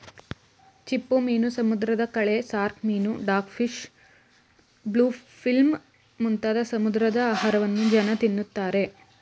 ಚಿಪ್ಪುಮೀನು, ಸಮುದ್ರದ ಕಳೆ, ಶಾರ್ಕ್ ಮೀನು, ಡಾಗ್ ಫಿಶ್, ಬ್ಲೂ ಫಿಲ್ಮ್ ಮುಂತಾದ ಸಮುದ್ರದ ಆಹಾರವನ್ನು ಜನ ತಿನ್ನುತ್ತಾರೆ